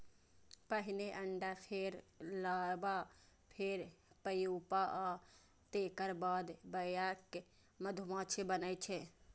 पहिने अंडा, फेर लार्वा, फेर प्यूपा आ तेकर बाद वयस्क मधुमाछी बनै छै